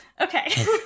Okay